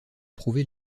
prouver